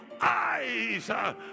eyes